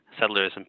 settlerism